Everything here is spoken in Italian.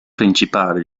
principale